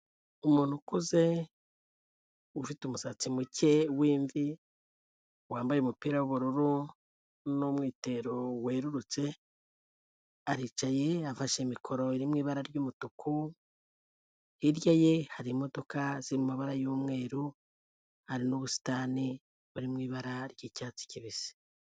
Umuntu ukuze ufite umusatsi muke w'imvi, wambaye umupira w'ubururu n'umwitero werurutse, aricaye, afashe mikoro iri mu ibara ry'umutuku, hirya ye hari imodoka ziri mu mabara y'umweru hari n'ubusitani bari mu ibara ry'icyatsi kibisi.